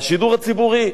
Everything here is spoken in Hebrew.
בשידור הציבורי.